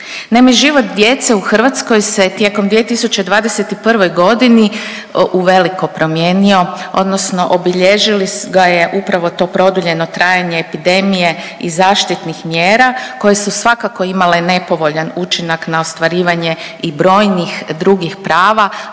Naime, život djece u Hrvatskoj se tijekom 2021. godini uveliko promijenio odnosno obilježilo ga je upravo to produljeno trajanje epidemije i zaštitnih mjera koje su svakako imale nepovoljan učinak na ostvarivanje i brojnih drugih prava,